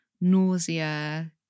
nausea